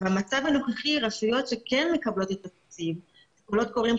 במצב הנוכחי רשויות שכן מקבלות את התקציב של קולות קוראים,